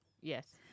Yes